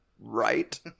right